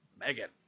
Megan